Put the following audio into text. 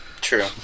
true